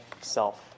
self